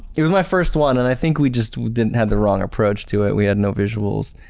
it was my first one and i think we just we didn't have the wrong approach to it, we had no visuals.